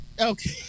Okay